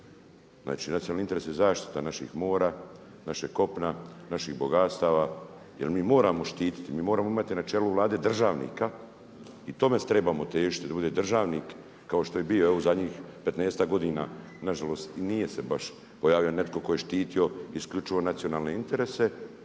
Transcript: Znači nacionalni interes je zaštita naših mora, našeg kopna, naših bogatstava jer mi moramo štiti, mi moramo imati na čelu Vlade državnika i tome trebamo težiti da bude državnik kao što je bio evo u zadnjih 15-ak godina nažalost i nije se baš pojavio netko tko je štitio isključivo nacionalne interese.